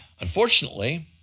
Unfortunately